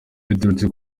biturutse